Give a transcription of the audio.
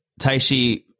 Taishi